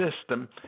system